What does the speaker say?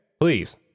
Please